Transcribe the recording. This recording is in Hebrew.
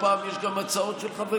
אתה יודע שלא פעם יש גם הצעות של חברי